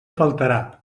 faltarà